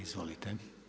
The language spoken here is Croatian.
Izvolite.